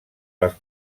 les